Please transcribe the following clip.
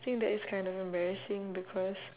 I think that is kind of embarrassing because